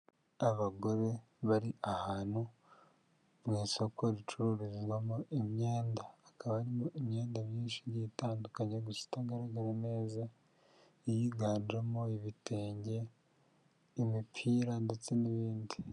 Abagore bari ahantu mu isoko ricururizwamo imyenda, hakaba harimo imyenda myinshi itandukanye gusa itagaragara neza, iyiganjemo ibitenge, imipira ndetse n'ibindi.